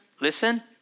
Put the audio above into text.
listen